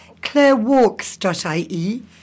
ClareWalks.ie